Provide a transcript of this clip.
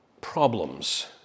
problems